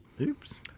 oops